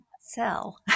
sell